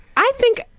i think,